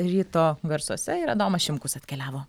ryto garsuose ir adomas šimkus atkeliavo